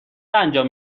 انجام